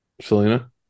Selena